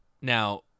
Now